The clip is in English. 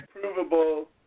provable